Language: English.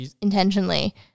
intentionally